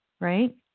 right